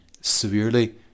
severely